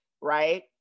right